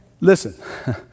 Listen